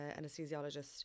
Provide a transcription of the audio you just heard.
anesthesiologist